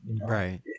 Right